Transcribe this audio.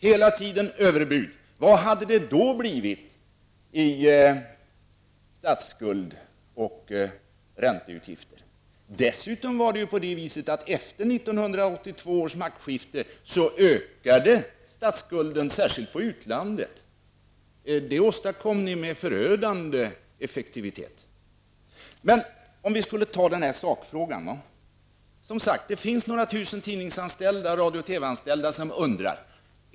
Hela tiden överbud! Vad hade det då blivit i statsskuld och ränteutgifter? Efter 1982 års maktskifte ökade dessutom statsskulden, särskilt till utlandet. Det åstadkom ni med förödande effektivitet. Men om vi skulle ta den här sakfrågan! Det finns som sagt några tusen tidningsanställda och radiooch TV-anställda som undrar.